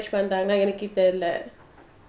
like encourage எனக்குஇப்பஇல்ல:enaku ipa illa